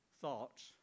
thoughts